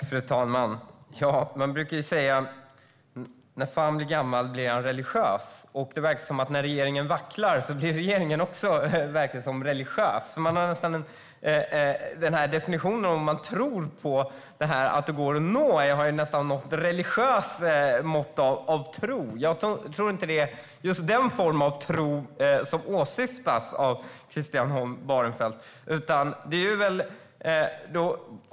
Fru talman! Man brukar säga: När fan blir gammal blir han religiös. Det verkar som att när regeringen vacklar blir också regeringen religiös. Definitionen av vad man tror på, att målet ska gå att nå, har nästan något religiöst mått av tro över sig. Jag tror inte att det är just den form av tro som Christian Holm Barenfeld åsyftar.